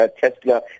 Tesla